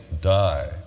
die